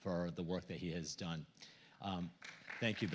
for the work that he has done thank you